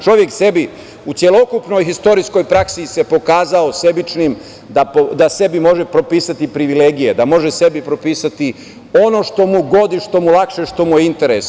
Čovek sebi u celokupnoj istorijskoj praksi se pokazao sebičnim da sebi može propisati privilegije, da može sebi propisati ono što mu godi, što mu lakše, što mu je interes.